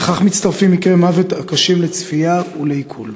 לכך מצטרפים מקרי המוות הקשים לצפייה ולעיכול.